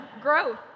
growth